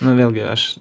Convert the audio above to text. nu vėlgi aš